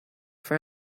for